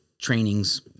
trainings